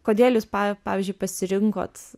kodėl jūs pa pavyzdžiui pasirinkot